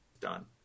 Done